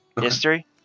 history